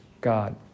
God